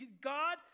God